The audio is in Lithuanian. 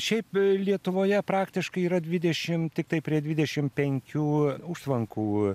šiaip lietuvoje praktiškai yra dvidešimt tiktai prie dvidešimt penkių užtvankų